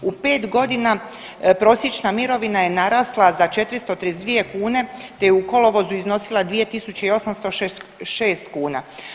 U pet godina, prosječna mirovina je narasla za 432 kune, te je u kolovozu iznosila 2 806 kuna.